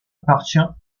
appartient